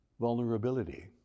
vulnerability